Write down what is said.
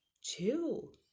chill